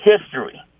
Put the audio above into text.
history